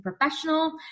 professional